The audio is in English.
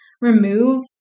remove